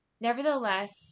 Nevertheless